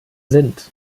sind